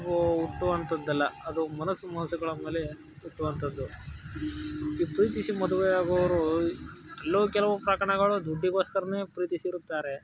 ಹುಟ್ಟುವಂಥದ್ದಲ್ಲ ಅದು ಮನಸ್ಸು ಮನಸ್ಸುಗಳ ಮೇಲೆ ಹುಟ್ಟುವಂಥದ್ದು ಈ ಪ್ರೀತಿಸಿ ಮದುವೆ ಆಗುವವರು ಎಲ್ಲೋ ಕೆಲವು ಪ್ರಕರಣಗಳು ದುಡ್ಡಿಗೋಸ್ಕರವೇ ಪ್ರೀತಿಸಿರುತ್ತಾರೆ